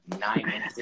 nine